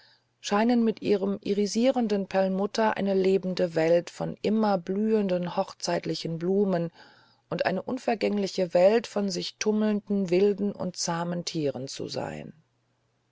scheinen mit ihrem irisierenden perlmutter eine lebende welt von immerblühenden hochzeitlichen blumen und eine unvergängliche welt von sich tummelnden wilden und zahmen tieren zu sein